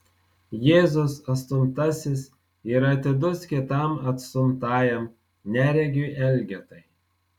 jėzus atstumtasis yra atidus kitam atstumtajam neregiui elgetai